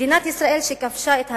מדינת ישראל שכבשה את הרמה,